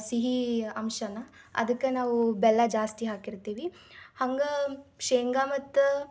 ಸಿಹಿ ಅಂಶನ ಅದಕ್ಕೆ ನಾವು ಬೆಲ್ಲ ಜಾಸ್ತಿ ಹಾಕಿರ್ತೀವಿ ಹಂಗೆ ಶೇಂಗಾ ಮತ್ತು